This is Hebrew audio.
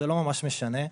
זה לא ממש משנה.